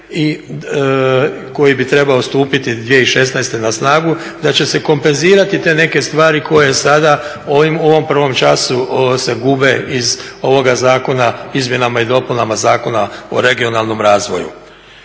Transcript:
koji bi trebao stupiti 2016. na snagu, da će se kompenzirati te neke stvari koje sada u ovom prvom času se gube iz ovoga zakona izmjenama i dopunama Zakona o regionalnom razvoju.